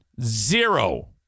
zero